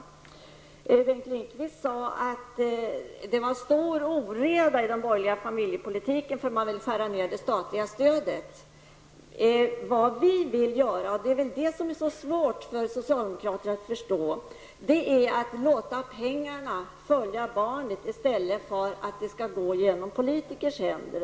Bengt Lindqvist sade att det var stor oreda i den borgerliga familjepolitiken eftersom man vill skära ned statliga stödet. Det vi vill göra, och det är väl det som är så svårt för socialdemokraterna att förstå, är att låta pengarna följa barnet i stället för att det skall gå genom politikernas händer.